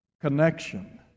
connection